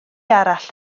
arall